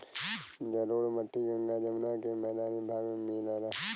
जलोढ़ मट्टी गंगा जमुना के मैदानी भाग में मिलला